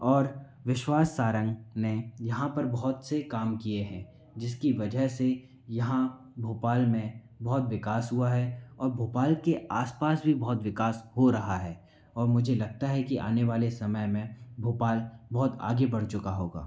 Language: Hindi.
और विश्वास सारंग ने यहाँ पर बहुत से काम किए हैं जिसकी वजह से यहाँ भोपाल में बहुत विकास हुआ है और भोपाल के आसपास भी बहुत विकास हो रहा है और मुझे लगता है कि आने वाले समय में भोपाल बहुत आगे बढ़ चुका होगा